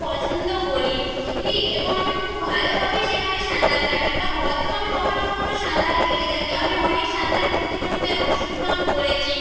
পছন্দ করি এবং আমি খুব ভালোভাবে সেখানে সাঁতার কাটি বা হ্রদেও আমি কখনও কখনও সাঁতার কেটে থাকি আমি অনেক সাঁতার প্রতিযোগিতায় অংশগ্রহণ করেছি